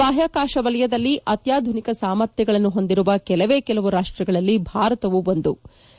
ಬಾಹ್ಯಾಕಾಶ ವಲಯದಲ್ಲಿ ಅತ್ಯಾಧುನಿಕ ಸಾಮರ್ಥ್ಯಗಳನ್ನು ಹೊಂದಿರುವ ಕೆಲವೇ ಕೆಲವು ರಾಷ್ತ ಗಳಲ್ಲಿ ಭಾರತವೂ ಒಂದಾಗಿದೆ